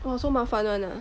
!wah! so 麻烦 [one] ah